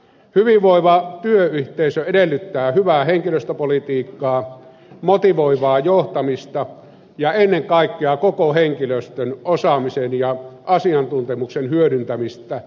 hyvinvoiva työyhteisö edellyttää hyvää henkilöstöpolitiikkaa motivoivaa johtamista ja ennen kaikkea koko henkilöstön osaamisen ja asiantuntemuksen hyödyntämistä työn kehittämisessä